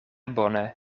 bone